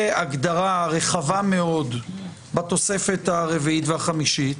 הגדרה רחבה מאוד בתוספת הרביעית והחמישית,